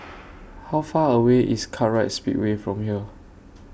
How Far away IS Kartright Speedway from here